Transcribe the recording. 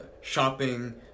shopping